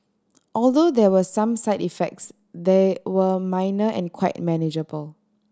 although there were some side effects they were minor and quite manageable